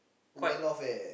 quite